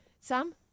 Sam